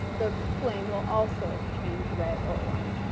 the flame will also change red or orange.